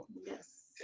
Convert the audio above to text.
yes